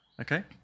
Okay